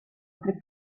tre